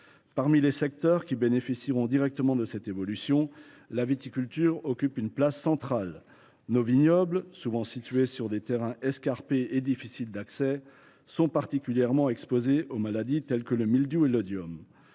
Parmi les secteurs qui bénéficieront directement de cette évolution, la viticulture occupe une place centrale. Nos vignobles, souvent situés sur des terrains escarpés et difficiles d’accès, sont particulièrement exposés aux maladies telles que le mildiou ou l’oïdium.